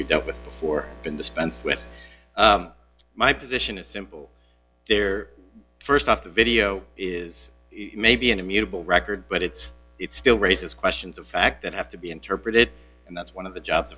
we dealt with before been dispensed with my position is simple there st off the video is maybe an immutable record but it's it still raises questions of fact that have to be interpreted and that's one of the jobs